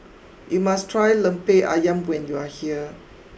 you must try Lemper Ayam when you are here